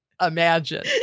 imagine